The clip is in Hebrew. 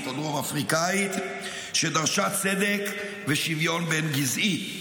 הדרום-אפריקאית שדרשה צדק ושוויון בין-גזעי.